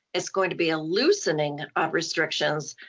it's going to be a loosening and of restrictions.